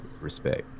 respect